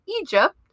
Egypt